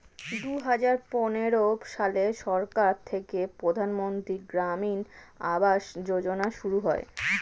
দুহাজার পনেরো সালে সরকার থেকে প্রধানমন্ত্রী গ্রামীণ আবাস যোজনা শুরু হয়